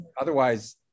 otherwise